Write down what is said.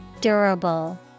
Durable